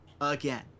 again